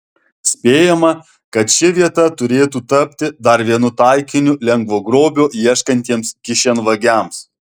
spėjama kad ši vieta turėtų tapti dar vienu taikiniu lengvo grobio ieškantiems kišenvagiams